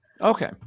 Okay